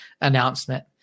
announcement